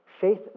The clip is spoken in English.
Faith